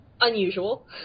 unusual